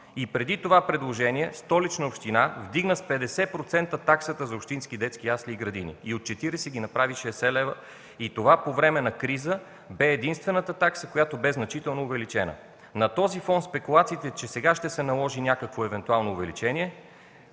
И преди това предложение Столична община вдигна с 50% таксата за общински детски ясли и градини и от 40 лева ги направи 60 лева. И това по време на криза бе единствената такса, която бе значително увеличена. На този фон спекулациите, че сега ще се наложи някакво евентуално увеличение